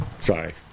Sorry